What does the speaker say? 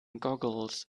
goggles